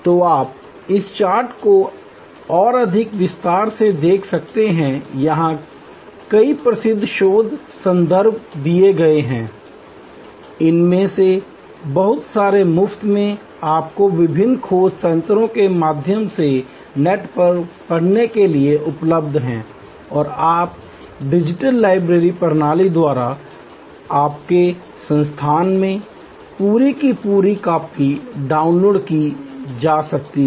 तो आप इस चार्ट को और अधिक विस्तार से देख सकते हैं यहां कई प्रसिद्ध शोध संदर्भ दिए गए हैं इनमें से बहुत सारे मुफ्त में आपको विभिन्न खोज तंत्रों के माध्यम से नेट पर पढ़ने के लिए उपलब्ध हैं और आपकी डिजिटल लाइब्रेरी प्रणाली द्वारा आपके संस्थान में पूरी की पूरी कॉपी डाउनलोड की जा सकती है